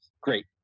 great